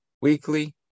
weekly